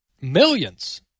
Millions